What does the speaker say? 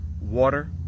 Water